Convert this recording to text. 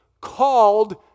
called